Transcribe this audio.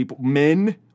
Men